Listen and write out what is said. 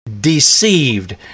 deceived